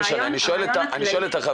הרעיון הכללי --- לא משנה, אני שואל את החברים,